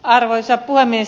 arvoisa puhemies